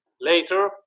Later